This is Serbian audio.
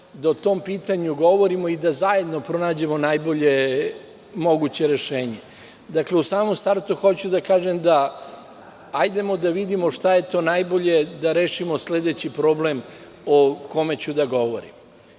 da o tom pitanju govorimo i da zajedno pronađemo najbolje moguće rešenje.U samom startu hoću da kažem da hajde da vidimo šta je to najbolje da rešimo sledeći problem o kome ću da govorim.